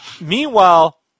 Meanwhile